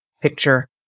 picture